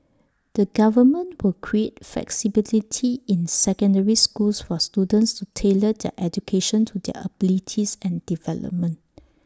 the government will create flexibility in secondary schools for students to tailor their education to their abilities and development